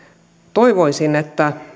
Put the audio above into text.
toivoisin että